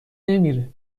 نمیره